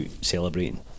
celebrating